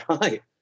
right